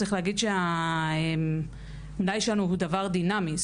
צריך להגיד שהמלאי שלנו הוא דבר דינאמי,